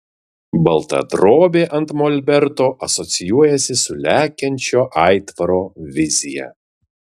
balta drobė ant molberto asocijuojasi su lekiančio aitvaro vizija